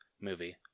movie